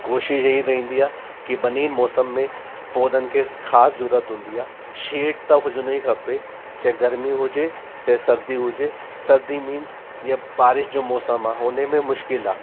कोशिशि ईअं ई रहंदी आ बिन्हनि बनी मौसम में पौधन खे ख़ासि ज़रूरत हूंदी आहे शेड त हुजणो ई खपे चाहे गर्मी हुजे चाहे सर्दी हुजे सर्दी मिंसया बारिश जो मौसम आ्हे हुन में मुश्किल आहे